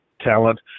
talent